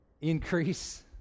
increase